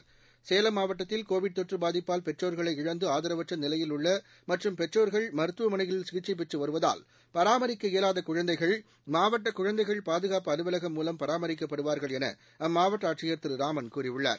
சிவக்குமார் சேலம் மாவட்டத்தில் கோவிட் தொற்று பாதிப்பால் பெற்றோர்களை இழந்து ஆதரவற்ற நிலையில் உள்ள மற்றும் பெற்றோர்கள் மருத்துவமனைகளில் சிகிச்சை பெற்றுவருவதால் பராமரிக்க இயலாத குழந்தைகள் மாவட்ட குழந்தைகள் பாதுகாப்பு அலுவலகம் மூலம் பராமரிக்கப்படுவார்கள் என அம்மாவட்ட ஆட்சியர் திரு ராமன் கூறியுள்ளார்